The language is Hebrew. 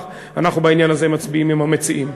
אנחנו בעניין הזה מצביעים עם המציעים.